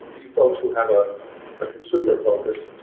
you folks who have a ah consumer focus,